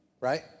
Right